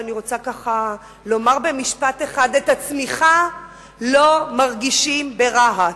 ואני רוצה לומר במשפט אחד: את הצמיחה לא מרגישים ברהט,